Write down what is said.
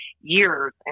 years